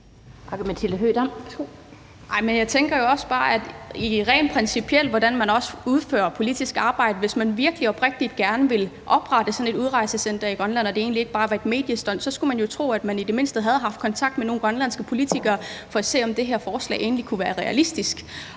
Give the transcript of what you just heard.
tænker jo også bare rent principielt på, hvordan man udfører politisk arbejde. Hvis man virkelig oprigtigt gerne vil oprette sådan et udrejsecenter i Grønland og det egentlig ikke bare var et mediestunt, skulle man jo tro, at man i det mindste havde haft kontakt med nogle grønlandske politikere for at se, om det her forslag egentlig kunne være realistisk.